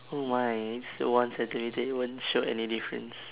oh my it's one centimetre it won't show any difference